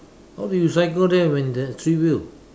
how do you cycle there when there three wheel